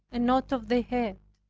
and not of the head.